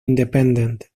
independent